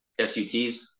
SUTs